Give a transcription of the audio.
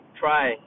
try